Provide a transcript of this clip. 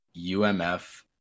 umf